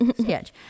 sketch